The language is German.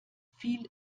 viel